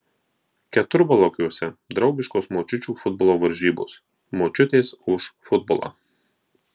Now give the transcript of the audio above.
keturvalakiuose draugiškos močiučių futbolo varžybos močiutės už futbolą